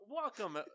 welcome